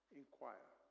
inquire